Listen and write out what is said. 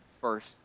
first